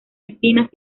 espinas